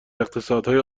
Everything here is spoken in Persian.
اقتصادهای